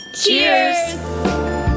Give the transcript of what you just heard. Cheers